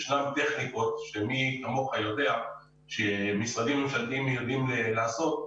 יש טכניקות שמי כמוך יודע שמשרדים ממשלתיים יודעים לעשות,